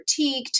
critiqued